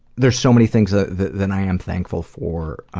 there's so many things ah that that i am thankful for